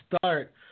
start